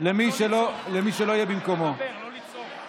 למי שלא יהיה במקומו להצביע.